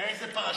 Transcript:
איזה פרשה?